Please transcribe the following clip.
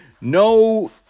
no